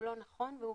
הוא לא נכון והוא